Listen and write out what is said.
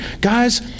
Guys